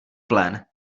plen